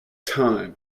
time